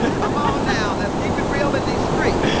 come on now, let's keep it real in these streets